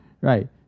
Right